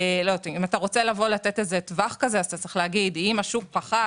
אם אתה רוצה לתת טווח אתה צריך להגיד: אם השוק פחת